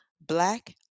black